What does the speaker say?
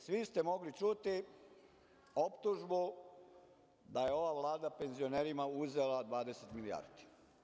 Svi ste mogli čuti optužbu da je ova Vlada penzionerima uzela 20 milijardi.